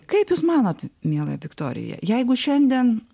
kaip jūs manot miela viktorija jeigu šiandien